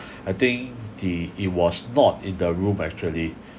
I think the it was not in the room actually